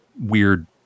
weird